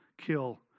kill